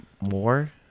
more